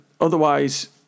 otherwise